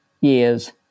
Years